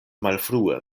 malfrue